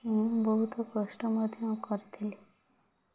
ମୁଁ ବହୁତ କଷ୍ଟ ମଧ୍ୟ କରିଥିଲି